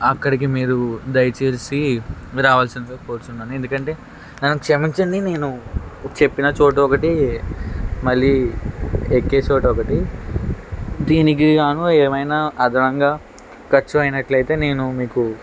అక్కడికి మీరు దయచేసి రావాల్సిందిగా కోరుచున్నాను ఎందుకంటే నన్ను క్షమించండి నేను చెప్పిన చోటు ఒకటి మళ్ళీ ఎక్కే చోటు ఒకటి దీనికిగాను ఏమైనా అదనంగా ఖర్చు అయినట్లయితే నేను మీకు